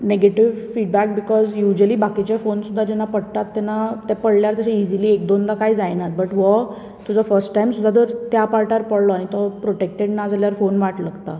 negative feedback because usually बाकिचे phones सुद्दां जेन्ना पडटात तेन्ना ते पडल्यार तशे इजीली एक दोनदां तशें काय जायना बट हो तुजो फस्ट टायम सुद्दां जर त्या पाटार पडलो आनी तो प्रोटेक्टेट ना जाल्यार फोन वाट लागता